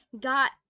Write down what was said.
got